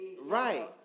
Right